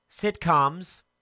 Sitcoms